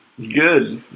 good